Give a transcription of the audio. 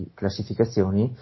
classificazioni